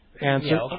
answer